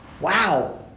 Wow